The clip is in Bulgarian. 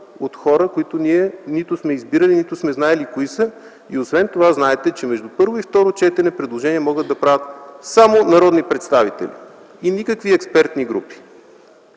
от хора, която ние нито сме избирали, нито сме знаели кои са. Освен това знаете, че между първо и второ четене предложение могат да правят само народни представители и никакви експертни групи.